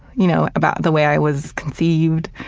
you know about the way i was conceived,